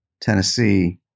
Tennessee